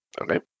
Okay